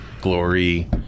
Glory